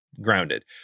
grounded